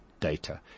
Data